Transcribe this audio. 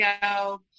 go